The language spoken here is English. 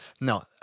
No